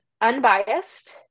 unbiased